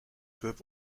peuples